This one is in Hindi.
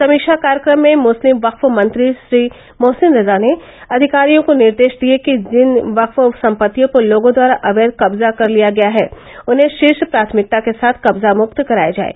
समीक्षा कार्यक्रम में मुस्लिम वक्फ मंत्री श्री मोहसिन रजा ने अधिकारियों को निर्देश दिये कि जिन वक्फ सम्पत्तियों पर लोगों द्वारा अवैध कब्जा कर लिया गया है उन्हें शीर्ष प्राथमिकता के साथ कब्जा मुक्त कराया जाये